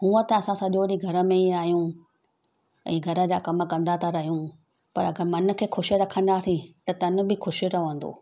हूअं त असां सॼो ॾींहुं घर में ई आहियूं ऐं घर जा कम कंदा था रहियूं पर अगरि मन खे ख़ुशि रखंदासीं त तन बि ख़ुशि रहंदो